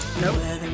Nope